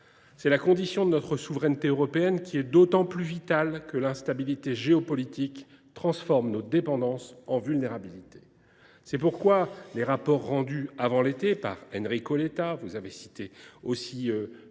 C’est la condition de la souveraineté européenne, qui est d’autant plus vitale que l’instabilité géopolitique transforme nos dépendances en vulnérabilités. C’est pourquoi les rapports rendus avant l’été, par Enrico Letta sur l’avenir du